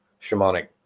shamanic